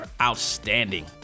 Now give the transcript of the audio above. outstanding